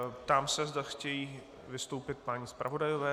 Ptám se, zda chtějí vystoupit páni zpravodajové.